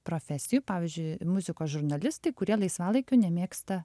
profesijų pavyzdžiui muzikos žurnalistai kurie laisvalaikiu nemėgsta